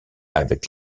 avec